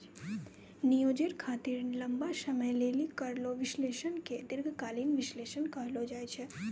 नियोजन खातिर लंबा समय लेली करलो विश्लेषण के दीर्घकालीन विष्लेषण कहलो जाय छै